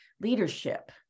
leadership